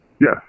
Yes